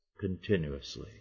continuously